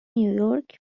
نیویورک